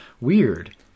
Weird